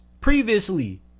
previously